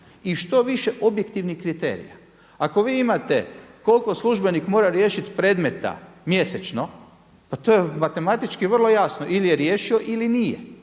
I što više objektivnih kriterija. Ako vi imate koliko službenik mora riješiti predmeta mjesečno pa to je matematički vrlo jasno ili je riješio ili nije,